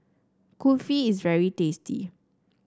Kulfi is very tasty